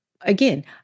again